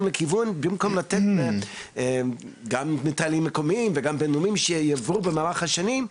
לכיוון במקום לתת גם מטעמים מקומיים וגם בין לאומיים שיבואו במהלך השנים,